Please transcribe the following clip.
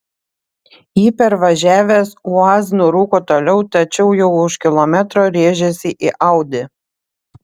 jį pervažiavęs uaz nurūko toliau tačiau jau už kilometro rėžėsi į audi